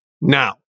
Now